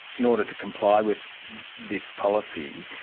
in order to comply with this policy,